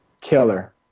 killer